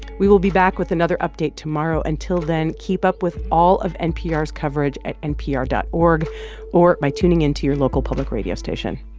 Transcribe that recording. we will be back with another update tomorrow. until then, keep up with all of npr's coverage at npr dot org or by tuning into your local public radio station.